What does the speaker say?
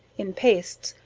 in pastes,